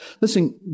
Listen